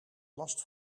last